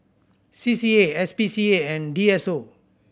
C C A S P C A and D S O